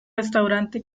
restaurante